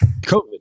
COVID